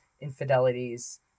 infidelities